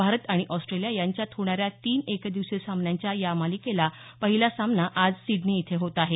भारत आणि ऑस्ट्रेलिया यांच्यात होणाऱ्या तीन एक दिवसीय सामन्यांच्या या मालिकेला पहिला सामना आज सिडनी इथं होत आहे